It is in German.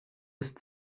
ist